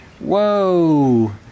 whoa